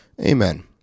amen